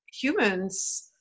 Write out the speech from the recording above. humans